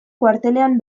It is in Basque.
kuartelean